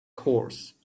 horse